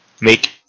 make